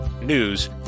news